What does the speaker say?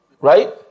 Right